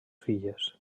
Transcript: filles